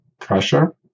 pressure